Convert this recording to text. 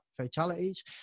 fatalities